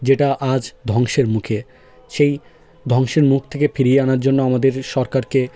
যেটা আজ ধ্বংসের মুখে সেই ধ্বংসের মুখ থেকে ফিরিয়ে আনার জন্য আমাদের সরকারকে